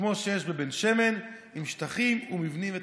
כמו שיש בבן שמן, עם שטחים ומבנים ותקציבים?